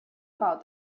about